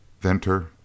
Venter